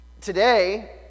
today